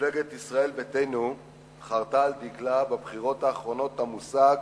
מפלגת ישראל ביתנו חרתה על דגלה בבחירות האחרונות את המושג